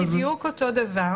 זה לא בדיוק אותו דבר,